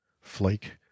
flake